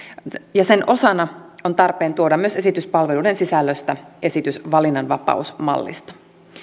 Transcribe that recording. ja sen osana on tarpeen tuoda myös esitys palveluiden sisällöstä esitys valinnanvapausmallista